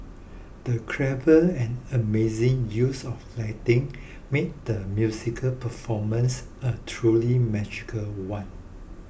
the clever and amazing use of lighting made the musical performance a truly magical one